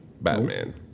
Batman